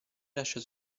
lascia